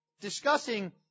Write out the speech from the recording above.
discussing